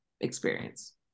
experience